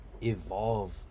evolve